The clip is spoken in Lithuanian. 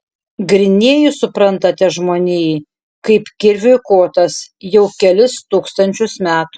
grynieji suprantate žmonijai kaip kirviui kotas jau kelis tūkstančius metų